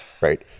right